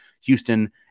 Houston